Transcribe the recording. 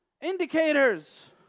indicators